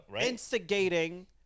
instigating